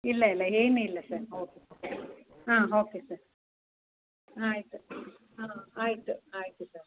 ಇಲ್ಲ ಇಲ್ಲ ಏನು ಇಲ್ಲ ಸರ್ ಓಕೆ ಹಾಂ ಓಕೆ ಸರ್ ಆಯ್ತು ಹಾಂ ಆಯ್ತು ಆಯ್ತು ಸರ್